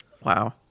Wow